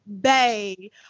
Bay